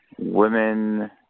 Women